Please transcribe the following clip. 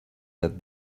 that